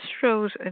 shows